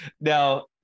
Now